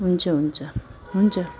हुन्छ हुन्छ हुन्छ